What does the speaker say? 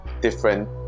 different